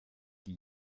die